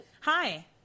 Hi